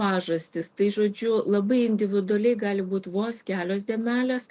pažastys tai žodžiu labai individualiai gali būt vos kelios dėmelės